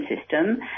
system